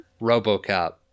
RoboCop